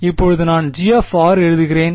இப்போது நான் G எழுதுவேன்